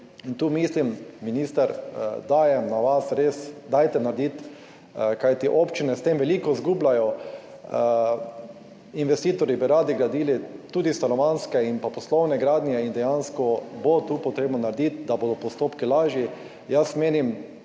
in tu mislim, minister, dajem na vas, res, dajte narediti, kajti občine s tem veliko izgubljajo. Investitorji bi radi gradili tudi stanovanjske in poslovne gradnje in dejansko bo tu potrebno narediti, da bodo postopki lažji. Jaz menim,